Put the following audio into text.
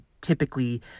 typically